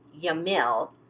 Yamil